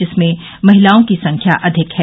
जिसमें महिलाओं की संख्या अधिक है